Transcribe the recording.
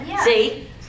See